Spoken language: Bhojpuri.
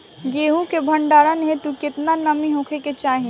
गेहूं के भंडारन हेतू कितना नमी होखे के चाहि?